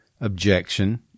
objection